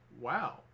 Wow